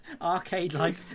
arcade-like